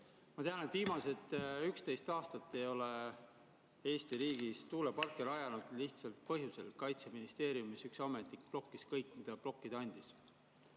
Ma tean, et viimased 11 aastat ei ole Eesti riigis tuuleparke rajatud lihtsal põhjusel: Kaitseministeeriumis üks ametnik blokkis kõik, mida blokkida andis.